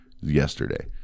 yesterday